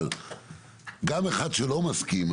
אבל גם אחד שלא מסכים,